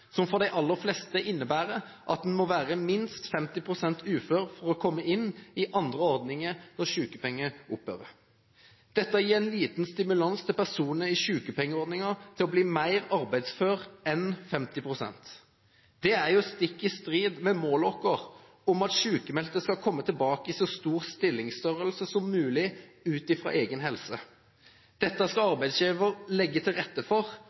som for de aller fleste innebærer at en må være minst 50 pst. ufør for å komme inn i andre ordninger når sykepenger opphører. Dette gir liten stimulans til personer i sykepengeordningen til å bli mer arbeidsfør enn 50 pst. Det er stikk i strid med målet vårt om at sykmeldte skal komme tilbake i så stor stillingsstørrelse som mulig ut fra egen helse. Dette skal arbeidsgiver legge til rette for,